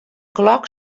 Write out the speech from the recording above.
klok